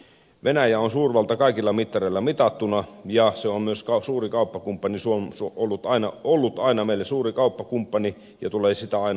venäjä on suurvalta kaikilla mittareilla mitattuna ja se on ollut meille aina myös suuri kauppakumppani ja tulee sitä aina olemaan